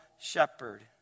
shepherd